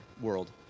world